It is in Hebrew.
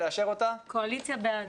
קואליציה בעד.